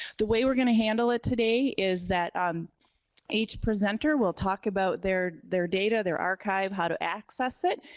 the way we're going to handle it today is that um each presenter will talk about their their data, their archive, how to access it,